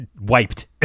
wiped